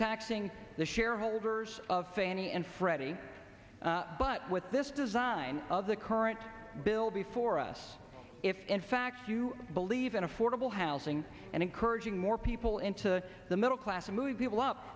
taxing the shareholders of fannie and freddie but with this design of the current bill before us if in fact you believe in affordable housing and encouraging more people into the middle class moving people up